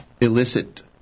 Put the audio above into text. illicit